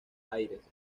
aires